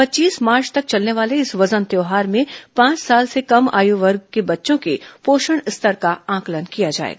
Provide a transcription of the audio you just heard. पच्चीस मार्च तक चलने वाले इस वजन त्यौहार में पांच साल से कम आयु वर्ग के बच्चों के पोषण स्तर का आंकलन किया जाएगा